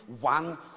one